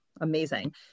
amazing